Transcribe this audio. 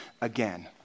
again